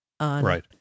Right